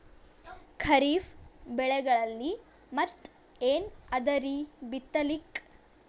ಖರೀಫ್ ಬೆಳೆಗಳಲ್ಲಿ ಮತ್ ಏನ್ ಅದರೀ ಬಿತ್ತಲಿಕ್?